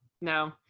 No